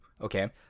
Okay